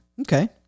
okay